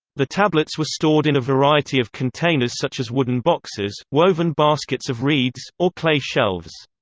the tablets were stored in a variety of containers such as wooden boxes, woven baskets of reeds, or clay shelves.